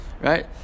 right